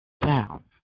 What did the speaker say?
down